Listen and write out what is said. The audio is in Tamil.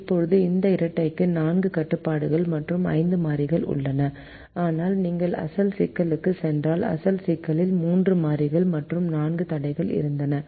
இப்போது இந்த இரட்டைக்கு நான்கு கட்டுப்பாடுகள் மற்றும் ஐந்து மாறிகள் உள்ளன ஆனால் நீங்கள் அசல் சிக்கலுக்குச் சென்றால் அசல் சிக்கலில் மூன்று மாறிகள் மற்றும் நான்கு தடைகள் இருந்தன